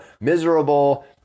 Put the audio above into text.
miserable